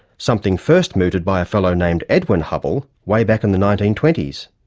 something first mooted by a fellow named edwin hubble way back in the nineteen twenty s.